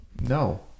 no